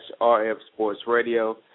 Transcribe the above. rfsportsradio